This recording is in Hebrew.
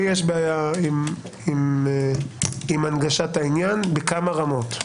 לי יש בעיה עם הנגשת העניין בכמה רמות.